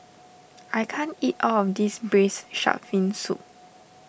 I can't eat all of this Braised Shark Fin Soup